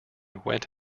went